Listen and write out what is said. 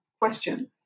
question